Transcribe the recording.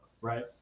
right